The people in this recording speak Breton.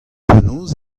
penaos